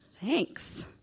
Thanks